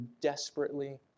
desperately